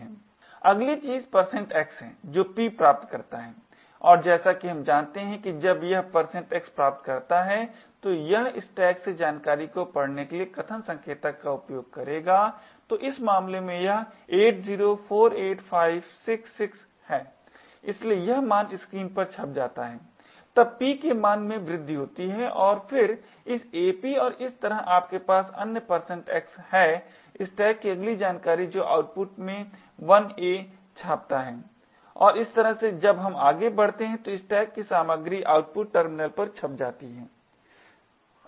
slide समय देखें 1755 अगली चीज़ x है जो p प्राप्त करता है और जैसा कि हम जानते हैं कि जब यह x प्राप्त करता है तो यह स्टैक से जानकारी को पढ़ने के लिए कथन संकेतक का उपयोग करेगा तो इस मामले में यह 8048566 है इसलिए यह मान स्क्रीन पर छप जाता है तब p के मान में वृद्धि होती और फिर इस ap और इस तरह आपके पास अन्य x है स्टैक कि अगली जानकारी जो आउटपुट में 1a छापाता है और इस तरह से जब हम आगे बढ़ते हैं तो स्टैक की सामग्री आउटपुट टर्मिनल पर छप जाती है